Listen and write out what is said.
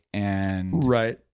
Right